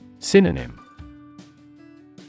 Synonym